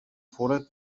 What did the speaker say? fóra